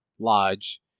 lodge